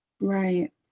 right